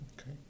Okay